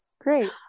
Great